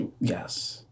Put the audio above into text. Yes